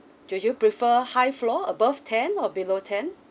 do you prefer high floor above ten or below ten